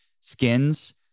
skins